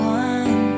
one